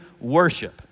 worship